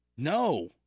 No